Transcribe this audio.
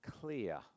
clear